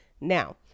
Now